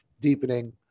deepening